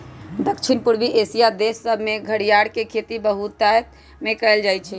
दक्षिण पूर्वी एशिया देश सभमें घरियार के खेती बहुतायत में कएल जाइ छइ